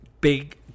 big